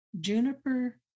Juniper